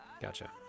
Gotcha